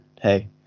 hey